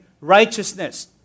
righteousness